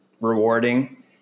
rewarding